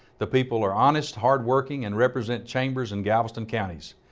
the people are honest, hard-working and represent chambers and galveston counties.